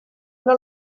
una